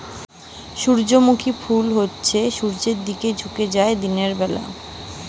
সূর্যমুখী যে ফুল হতিছে সূর্যের দিকে ঝুকে যায় দিনের বেলা